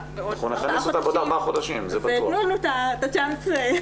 בעוד ארבעה חודשים ותנו לנו את הצ'אנס.